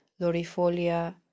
Lorifolia